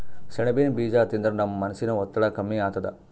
ಸೆಣಬಿನ್ ಬೀಜಾ ತಿಂದ್ರ ನಮ್ ಮನಸಿನ್ ಒತ್ತಡ್ ಕಮ್ಮಿ ಆತದ್